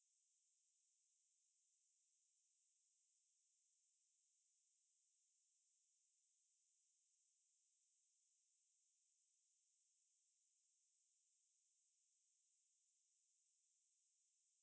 if like I'm very confident that I can still do it without them then usually I I won't pursue like like this kind of sociology modules where it's like a lot of writing a lot of like theoretical stuff ya